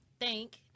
thank